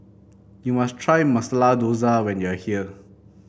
you must try Masala Dosa when you are here